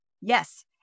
Yes